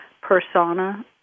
persona